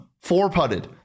Four-putted